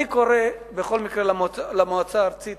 אני קורא בכל מקרה למועצה הארצית